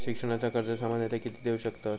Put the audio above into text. शिक्षणाचा कर्ज सामन्यता किती देऊ शकतत?